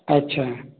अच्छा